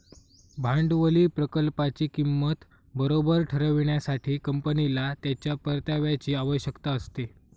भांडवली प्रकल्पाची किंमत बरोबर ठरविण्यासाठी, कंपनीला त्याच्या परताव्याची आवश्यकता असते